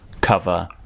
cover